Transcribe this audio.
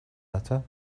letter